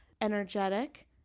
energetic